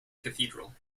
cathedral